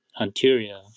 anterior